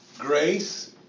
Grace